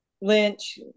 Lynch